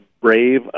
brave